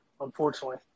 Unfortunately